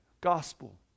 gospel